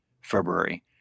February